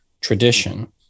tradition